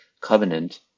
covenant